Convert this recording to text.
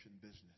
business